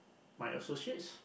my associates